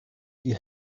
die